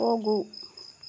ಹೋಗು